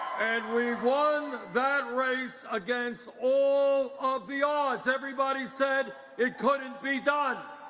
and we won that race against all of the odds. everybody said it couldn't be done!